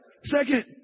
Second